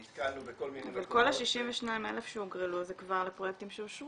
נתקענו בכל מיני --- אבל כל ה-62,000 שהוגרלו זה כבר פרויקטים שאושרו,